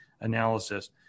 analysis